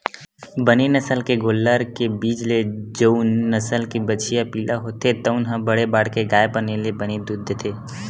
बने नसल के गोल्लर के बीज ले जउन नसल के बछिया पिला होथे तउन ह बड़े बाड़के गाय बने ले बने दूद देथे